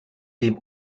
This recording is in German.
dem